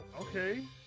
Okay